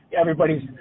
everybody's